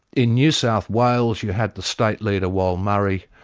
in new south wales you had the state leader, wal murray,